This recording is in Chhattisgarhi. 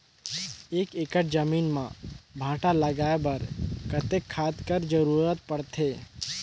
एक एकड़ जमीन म भांटा लगाय बर कतेक खाद कर जरूरत पड़थे?